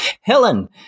Helen